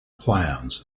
plans